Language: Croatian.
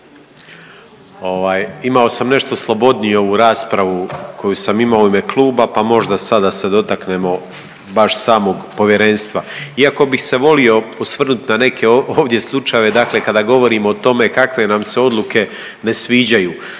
imao sam nešto slobodniju ovu raspravu koju sam imao u ime kluba, pa možda sad da se dotaknemo baš samog povjerenstva. Iako bih se volio osvrnuti na neke ovdje slučajeve, dakle kada govorimo o tome kakve nam se odluke ne sviđaju.